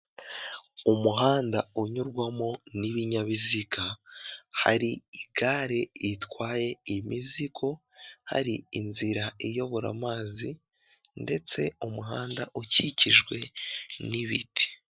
Umuhanda unyurwamo n'ibinyabiziga, hari igare ritwaye imizigo, hari inzira iyobora amazi ndetse umuhanda ukikijwe n'ibiti.